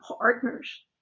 partners